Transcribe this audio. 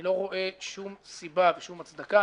אני לא רואה שום סיבה ושום הצדקה.